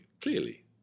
Clearly